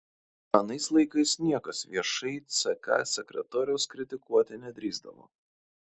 anais laikais niekas viešai ck sekretoriaus kritikuoti nedrįsdavo